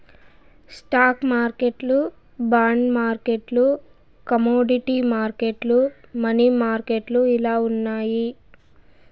stock మార్కెట్లు bond మార్కెట్లు commodity మార్కెట్లు, మనీ మార్కెట్లు ఇలా ఉన్నాయి